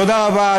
תודה רבה,